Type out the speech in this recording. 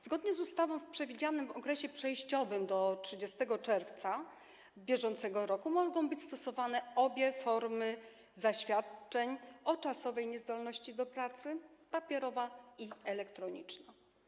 Zgodnie z ustawą w przewidzianym okresie przejściowym do 30 czerwca br. mogą być stosowane obie formy zaświadczeń o czasowej niezdolności do pracy: papierowa i elektroniczna.